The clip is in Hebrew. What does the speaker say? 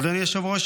אדוני היושב-ראש,